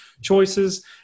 choices